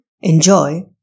enjoy